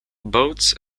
boats